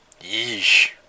Yeesh